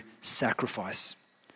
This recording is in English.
sacrifice